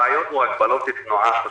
הרעיון הוא הגבלות תנועה.